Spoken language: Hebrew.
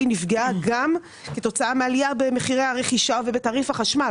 נפגעה גם כתוצאה מעלייה במחירי הרכישה ובתעריף החשמל,